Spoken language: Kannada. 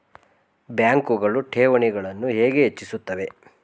ಬ್ಯಾಂಕುಗಳು ಠೇವಣಿಗಳನ್ನು ಹೇಗೆ ಹೆಚ್ಚಿಸುತ್ತವೆ?